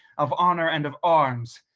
of honor, and of arms.